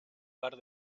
par